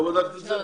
לא בדקת את זה?